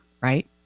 right